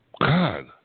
God